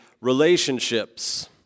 relationships